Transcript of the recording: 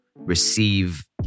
receive